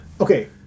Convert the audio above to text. Okay